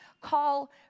call